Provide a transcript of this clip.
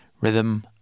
Rhythm